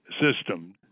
system